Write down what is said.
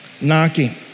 knocking